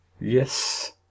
Yes